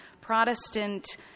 Protestant